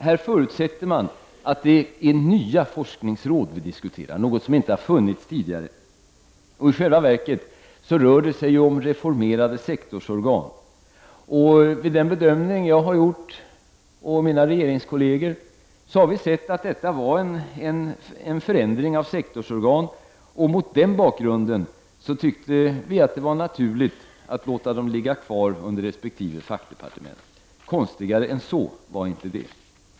Här förutsätter man att vi diskuterar nya forskningsråd som inte har funnits tidigare. I själva verket rör det sig ju om reformerade sektorsorgan. Vid den bedömning som jag och mina regeringskolleger har gjort, har vi utgått ifrån att detta var en förändring av sektorsorgan. Mot denna bakgrund ansåg vi det vara naturligt att låta dem ligga kvar under resp. fackdepartement. Konstigare än så var det inte.